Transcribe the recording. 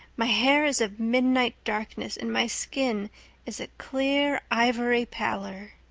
my hair is of midnight darkness and my skin is a clear ivory pallor.